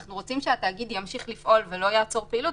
אנחנו רוצים שהתאגיד ימשיך לפעול ולא יעצור פעילות